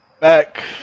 back